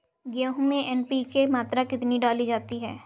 गेहूँ में एन.पी.के की मात्रा कितनी डाली जाती है?